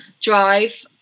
drive